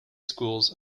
schools